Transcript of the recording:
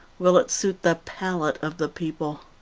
will it suit the palate of the people?